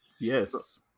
yes